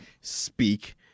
speak